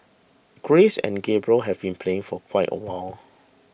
Grace and Gabriel have been playing for quite awhile